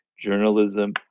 journalism